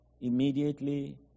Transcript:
immediately